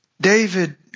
David